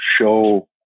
show